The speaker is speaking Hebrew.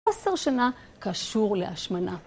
עשר שנה קשור להשמנה.